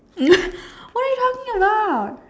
mm what are you talking about